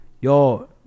Yo